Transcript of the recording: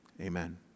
Amen